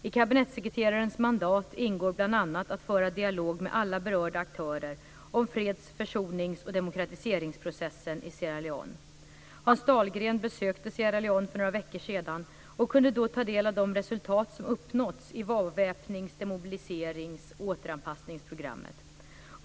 I kabinettssekreterarens mandat ingår bl.a. att föra dialog med alla berörda aktörer om freds-, försonings och demokratiseringsprocessen i Sierra Leone. Hans Dahlgren besökte Sierra Leone för några veckor sedan och kunde då ta del av de resultat som uppnåtts i avväpnings-, demobiliseringsoch återanpassningsprogrammet.